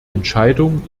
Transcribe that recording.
entscheidung